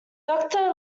doctor